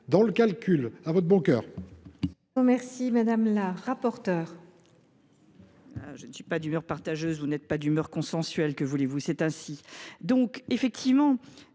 dans le calcul. À votre bon cœur